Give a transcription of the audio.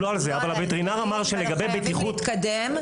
אנחנו חייבים להתקדם.